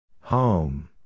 Home